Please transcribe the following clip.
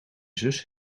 zus